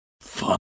Fuck